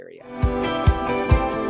area